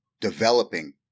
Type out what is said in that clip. developing